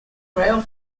rail